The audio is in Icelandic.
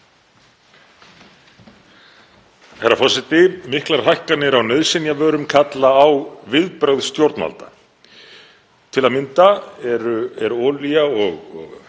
Herra forseti. Miklar hækkanir á nauðsynjavörum kalla á viðbrögð stjórnvalda. Til að mynda eru olía og bensín